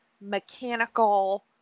mechanical